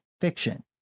fiction